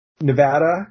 Nevada